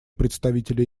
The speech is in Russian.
представителя